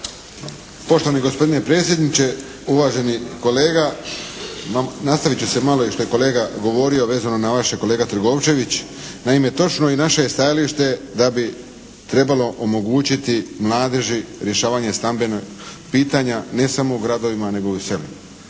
Poštovani gospodine predsjedniče, uvaženi kolega. Nastavit ću se malo i što je kolega govorio vezano na vaše, kolega Trgovčević. Naime, točno je i naše stajalište da bi trebalo omogućiti mladeži rješavanje stambenog pitanja ne samo gradovima nego i u selima.